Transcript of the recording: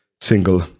single